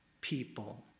people